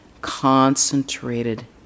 concentrated